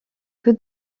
que